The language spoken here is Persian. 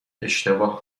اشتباه